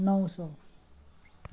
नौ सौ